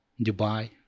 Dubai